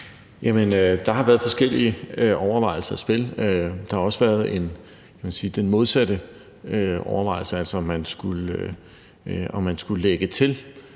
Der har været forskellige overvejelser i spil. Der har også været, kan man sige, den modsatte overvejelse, altså om man skulle lægge til